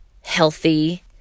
healthy